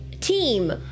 team